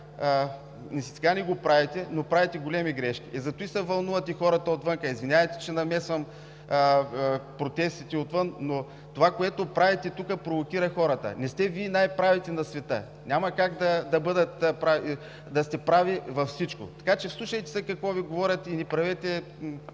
и сега не го правите, но правите големи грешки. Затова се вълнуват хората отвън. Извинявайте, че намесвам протестите отвън, но това, което правите тук, провокира хората. Не сте Вие най-правите на света. Няма как да сте прави във всичко! Така че, вслушайте се какво Ви говорят и не правете